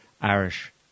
Irish